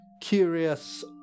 curious